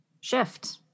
shift